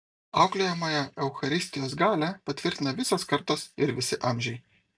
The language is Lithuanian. auklėjamąją eucharistijos galią patvirtina visos kartos ir visi amžiai